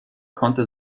konnte